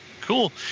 Cool